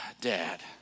Dad